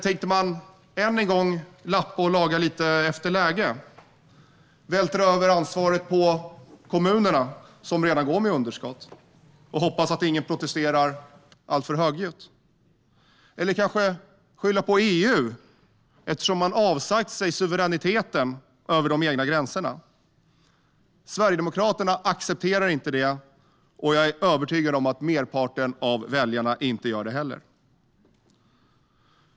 Tänker man än en gång lappa och laga lite efter läge, vältra över ansvaret på kommunerna, som redan går med underskott, och hoppas att ingen protesterar alltför högljutt? Eller tänker man skylla på EU, eftersom man har avsagt sig suveräniteten över de egna gränserna? Sverigedemokraterna accepterar inte detta, och jag är övertygad om att merparten av väljarna inte gör det heller.